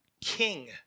king